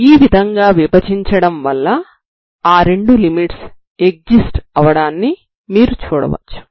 ఈ విధంగా విభజించడం వల్ల ఆ రెండు లిమిట్స్ ఎక్జిస్ట్స్ అవడాన్ని మీరు చూడవచ్చు